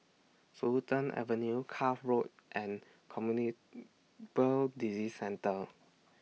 Fulton Avenue Cuff Road and Communicable Disease Centre